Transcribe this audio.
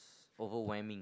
overwhelming